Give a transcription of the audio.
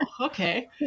okay